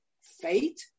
fate